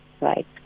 right